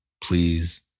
Please